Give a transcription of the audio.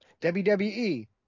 WWE